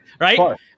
Right